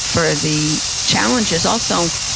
for the challenges, also,